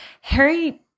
Harry